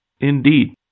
Indeed